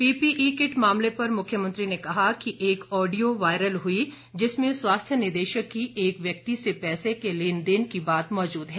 PPE kit मामले पर मुख्यमंत्री ने कहा कि एक ऑडियो वायरल हुई जिसमें स्वास्थ्य निदेशक की एक व्यक्ति से पैसे के लेन देन की बात मौजूद है